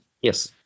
Yes